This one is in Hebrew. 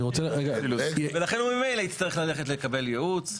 ולכן, הוא ממילא יצטרך לקבל ייעוץ.